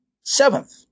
Seventh